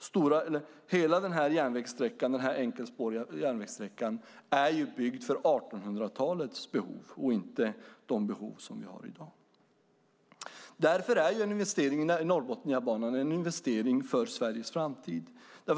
Hela den enkelspåriga järnvägssträckan är byggd för 1800-talets behov - inte för de behov som vi har i dag. Därför är en investering i Norrbotniabanan en investering för Sveriges framtid.